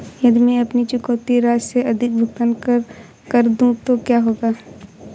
यदि मैं अपनी चुकौती राशि से अधिक भुगतान कर दूं तो क्या होगा?